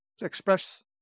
express